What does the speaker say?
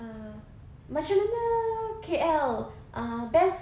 ah macam mana K_L uh best